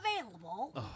available